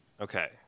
okay